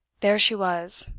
there she was,